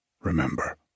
remember